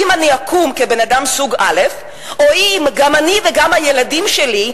האם אני אקום כבן-אדם סוג א' או שגם אני וגם הילדים שלי,